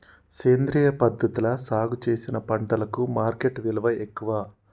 సేంద్రియ పద్ధతిలా సాగు చేసిన పంటలకు మార్కెట్ విలువ ఎక్కువ